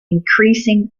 increasing